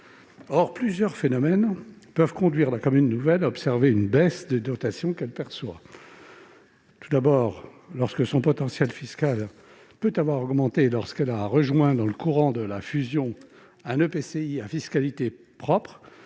Or plusieurs phénomènes peuvent conduire la commune nouvelle à observer une baisse des dotations qu'elle perçoit. Tout d'abord, son potentiel fiscal peut avoir augmenté lorsqu'elle a rejoint dans le courant de la fusion un EPCI à fiscalité